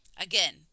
Again